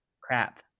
crap